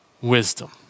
wisdom